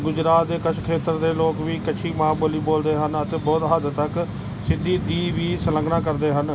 ਗੁਜਰਾਤ ਦੇ ਕੱਛ ਖੇਤਰ ਦੇ ਲੋਕ ਵੀ ਕੱਛੀ ਮਾਂ ਬੋਲੀ ਬੋਲਦੇ ਹਨ ਅਤੇ ਬਹੁਤ ਹੱਦ ਤੱਕ ਸਿੰਧੀ ਦੀ ਵੀ ਸਲੰਘਣਾ ਕਰਦੇ ਹਨ